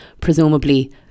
presumably